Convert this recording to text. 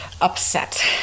upset